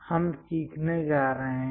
हम सीखने जा रहे हैं